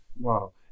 Wow